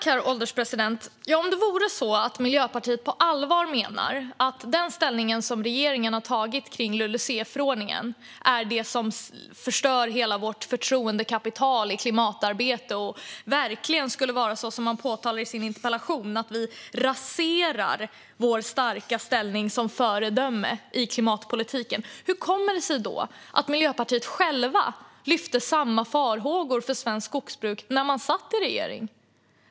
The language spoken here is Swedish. Herr ålderspresident! Jag undrar om Miljöpartiet på allvar menar att den ställning som regeringen har tagit till LULUCF-förordningen är det som förstör hela vårt förtroendekapital i klimatarbetet, och att verkligen skulle vara så som man påtalar i sin interpellation, att vi raserar vår starka ställning som föredöme i klimatpolitiken. Hur kommer det sig då att Miljöpartiet självt lyfte fram samma farhågor för svenskt skogsbruk när man satt i regeringen?